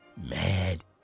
mad